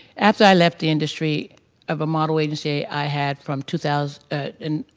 after i left the industry of a model agency i had from two thousand ah and